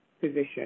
position